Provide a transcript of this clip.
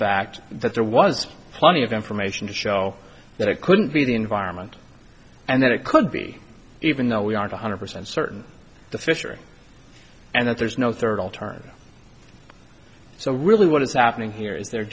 fact that there was plenty of information to show that it couldn't be the environment and that it could be even though we are one hundred percent certain the fishery and that there's no third alternative so really what is happening here is they're